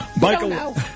Michael